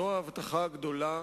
זאת ההבטחה הגדולה